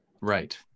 Right